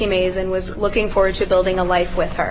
and was looking forward to building a life with her